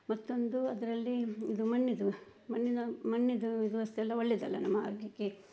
ಮತ್ತೊಂದು ಅದರಲ್ಲಿ ಇದು ಮಣ್ಣಿಂದು ಮಣ್ಣಿನ ಮಣ್ಣಿಂದು ಇದು ವಸ್ತುವೆಲ್ಲ ಒಳ್ಳೆಯದಲ್ಲ ನಮ್ಮ ಆರೋಗ್ಯಕ್ಕೆ